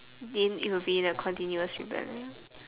mean it will be in a continuous rebellion